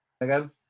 again